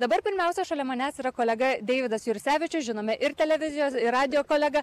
dabar pirmiausia šalia manęs yra kolega deividas jursevičius žinome ir televizijos ir radijo kolega